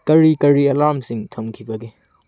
ꯀꯔꯤ ꯀꯔꯤ ꯑꯦꯂꯥꯝꯁꯤꯡ ꯊꯝꯈꯤꯕꯒꯦ